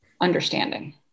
understanding